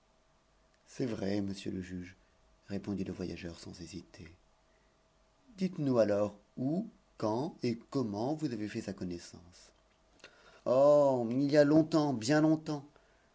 c'est vrai monsieur le juge répondit le voyageur sans hésiter dites-nous alors où quand et comment vous avez fait sa connaissance oh il y a longtemps bien longtemps